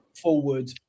forward